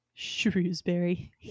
shrewsbury